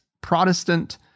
Protestant